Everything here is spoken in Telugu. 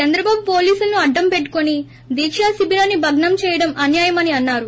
చంద్రబాబు పోలీసులను అడ్డం పెట్టుకుని దీకా శిబిరాన్ని భగ్నం చేయడం అన్యాయమని అన్నారు